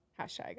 hashtag